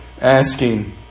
asking